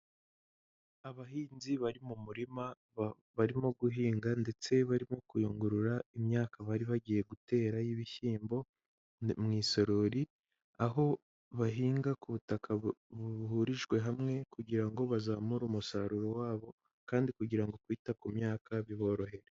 Abahinzi bari mu murima barimo guhinga ndetse barimo kuyungurura imyaka bari bagiye gutera y'ibishyimbo mu isarori, aho bahinga ku butaka buhurijwe hamwe kugira ngo bazamure umusaruro wabo kandi kugira ngo kwita ku myaka biborohere.